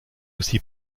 aussi